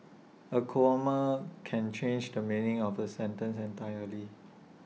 A comma can change the meaning of A sentence entirely